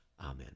Amen